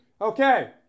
Okay